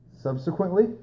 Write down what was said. Subsequently